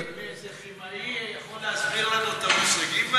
אין איזה כימאי שיכול להסביר לנו את המושגים האלה?